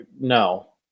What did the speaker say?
No